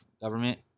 government